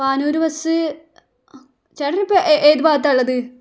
Panoor bus ചേട്ടനിപ്പോൾ ഏത് ഭാഗത്താണ് ഉള്ളത്